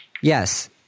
Yes